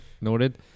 noted